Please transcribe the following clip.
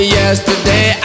yesterday